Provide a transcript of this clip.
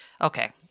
okay